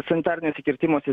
sanitariniuose kirtimuose